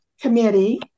Committee